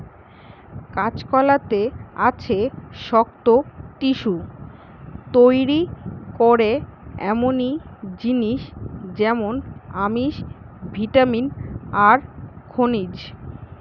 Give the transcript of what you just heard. কাঁচকলাতে আছে শক্ত টিস্যু তইরি করে এমনি জিনিস যেমন আমিষ, ভিটামিন আর খনিজ